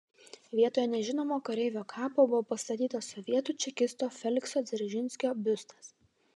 vietoje nežinomo kareivio kapo buvo pastatytas sovietų čekisto felikso dzeržinskio biustas